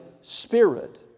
spirit